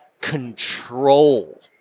Control